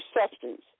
substance